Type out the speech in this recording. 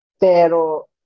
Pero